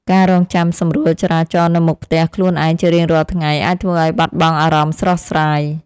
ការរង់ចាំសម្រួលចរាចរណ៍នៅមុខផ្ទះខ្លួនឯងជារៀងរាល់ថ្ងៃអាចធ្វើឱ្យបាត់បង់អារម្មណ៍ស្រស់ស្រាយ។